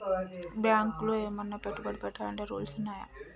బ్యాంకులో ఏమన్నా పెట్టుబడి పెట్టాలంటే రూల్స్ ఉన్నయా?